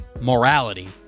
morality